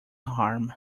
harm